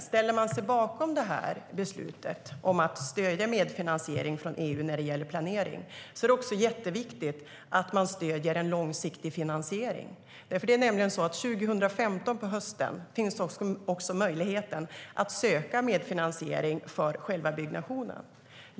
Ställer man sig bakom beslutet om att stödja medfinansiering från EU när det gäller planering är det också jätteviktigt att man stöder en långsiktig finansiering. Det är nämligen så att 2015, på hösten, finns det också möjlighet att söka medfinansiering för själva byggnationen.